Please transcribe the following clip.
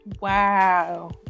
Wow